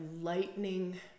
lightning